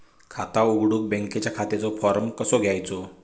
खाता उघडुक बँकेच्या खात्याचो फार्म कसो घ्यायचो?